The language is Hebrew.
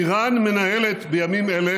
איראן מנהלת בימים אלה